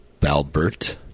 Balbert